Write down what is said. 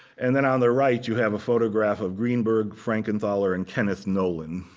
and then on the right, you have a photograph of greenberg frankenthaler and kenneth nolan